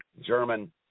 German